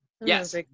Yes